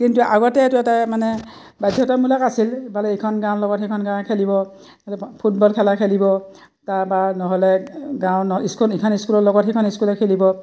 কিন্তু আগতে এইটো এটা মানে বাধ্যতামূলক আছিল বালে এইখন গাঁৱৰ লগত সেইখন গাঁৱে খেলিব ফুটবল খেলা খেলিব তাৰপা নহ'লে গাঁৱৰ ইস্ক ইখন স্কুলৰ লগত সিখন স্কুলে খেলিব